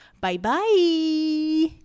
Bye-bye